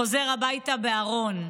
חוזר הביתה בארון.